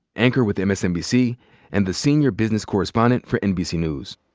anchor with msnbc and the senior business correspondent for nbc news.